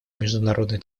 международной